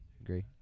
agree